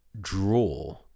draw